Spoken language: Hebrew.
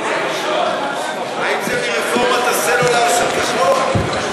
האם זה מרפורמת הסלולר של כחלון?